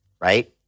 right